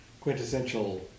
quintessential